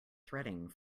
threading